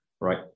Right